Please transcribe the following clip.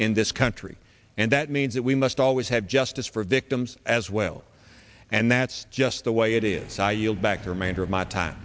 in this country and that means that we must always have justice for victims as well and that's just the way it is